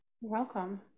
Welcome